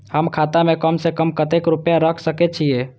हम खाता में कम से कम कतेक रुपया रख सके छिए?